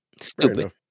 Stupid